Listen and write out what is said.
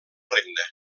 regne